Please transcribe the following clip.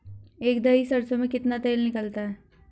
एक दही सरसों में कितना तेल निकलता है?